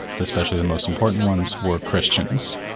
especially the most important ones, were christians,